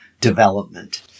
development